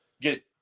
get